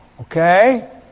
okay